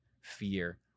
fear